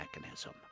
mechanism